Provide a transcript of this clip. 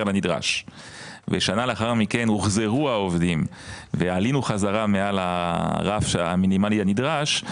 לנדרש ושנה לאחר מכן הוחזרו העובדים ועלינו בחזרה מעל הרף המינימלי הנדרש,